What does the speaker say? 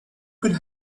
could